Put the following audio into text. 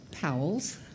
Powell's